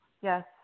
yes